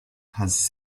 has